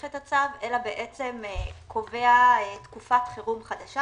את הצו אלא קובע תקופת חירום חדשה,